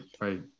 right